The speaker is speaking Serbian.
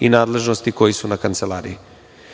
i nadležnosti koje su na kancelariji,